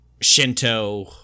Shinto